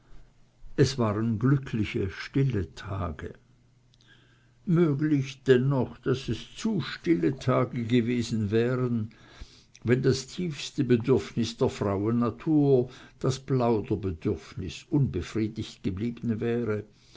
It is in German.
es waren glückliche stille tage möglich dennoch daß es zu stille tage gewesen wären wenn das tiefste bedürfnis der frauennatur das plauderbedürfnis unbefriedigt geblieben wäre